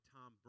Tom